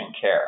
care